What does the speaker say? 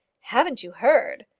haven't you heard?